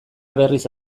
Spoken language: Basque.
berriz